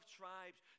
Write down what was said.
tribes